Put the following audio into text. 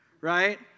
right